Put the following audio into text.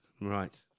Right